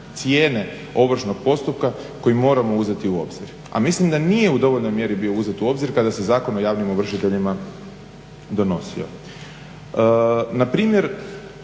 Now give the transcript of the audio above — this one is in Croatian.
cijene ovršnog postupka koji moramo uzeti u obzir, a mislimo da nije u dovoljnoj mjeri bio uzet u obzir kada se Zakon o javnim ovršiteljima donosio. Npr. evo